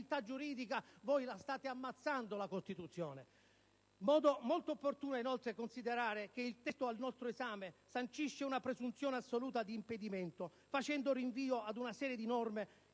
giuridica, vi sta facendo ammazzare la Costituzione! Molto opportuno è inoltre considerare che il testo al nostro esame sancisce una presunzione assoluta di impedimento, facendo rinvio ad una serie di norme